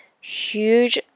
huge